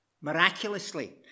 Miraculously